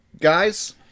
guys